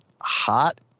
Hot